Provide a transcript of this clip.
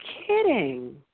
kidding